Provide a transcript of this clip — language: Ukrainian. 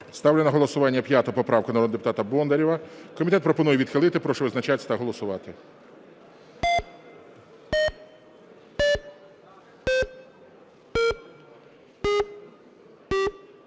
Ставлю на голосування 5 поправку народного депутата Бондарєва. Комітет пропонує відхилити. Прошу визначатися та голосувати.